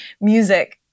music